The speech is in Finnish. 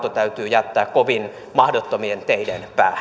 täytyy jättää kovin mahdottomien teiden päähän